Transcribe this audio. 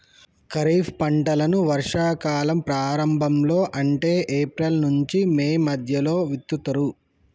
ఖరీఫ్ పంటలను వర్షా కాలం ప్రారంభం లో అంటే ఏప్రిల్ నుంచి మే మధ్యలో విత్తుతరు